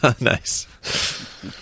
Nice